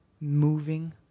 moving